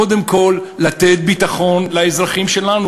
קודם כול לתת ביטחון לאזרחים שלנו.